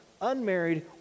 unmarried